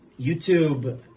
YouTube